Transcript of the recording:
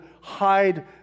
hide